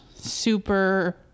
super